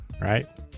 right